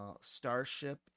Starship